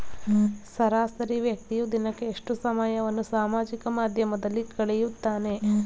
ಸರಾಸರಿ ವ್ಯಕ್ತಿಯು ದಿನಕ್ಕೆ ಎಷ್ಟು ಸಮಯವನ್ನು ಸಾಮಾಜಿಕ ಮಾಧ್ಯಮದಲ್ಲಿ ಕಳೆಯುತ್ತಾನೆ?